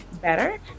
better